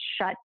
shut